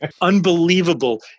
unbelievable